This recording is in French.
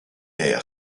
est